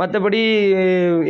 மற்றபடி